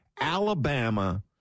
Alabama